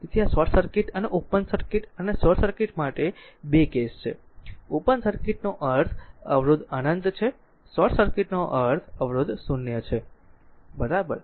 તેથી આ short circuit અને ઓપન સર્કિટ અને શોર્ટ સર્કિટ માટે r 2 કેસ છે ઓપન સર્કિટનો અર્થ અવરોધ અનંત છે શોર્ટ સર્કિટનો અર્થ અવરોધ 0 છે બરાબર